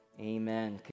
Amen